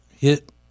hit